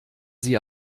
sie